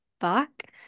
back